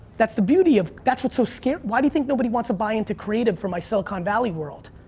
that's the beauty of, that's what's so scare, why do you think nobody wants to buy into creative for my silicon valley world?